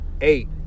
Eight